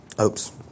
oops